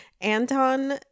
Anton